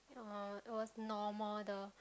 oh it was normal